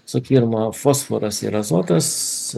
fosforas ir azotas